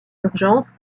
urgence